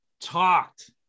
talked